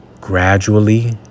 gradually